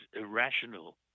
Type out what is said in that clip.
irrational